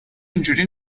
اینجوری